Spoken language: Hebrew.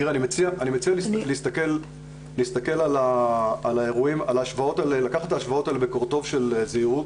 אני מציע לקחת את ההשוואות האלה בקורטוב של זהירות.